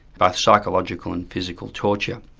by psychological and physical torture.